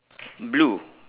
blue